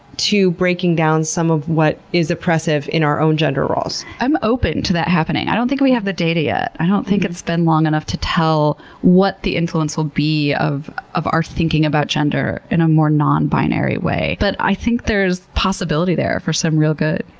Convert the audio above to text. to breaking down some of what is oppressive in our own gender roles. i'm open to that happening. i don't think we have the data yet. i don't think it's been long enough to tell what the influence will be of of our thinking about gender in a more non-binary way. but i think there's possibility there for some real good.